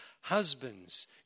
Husbands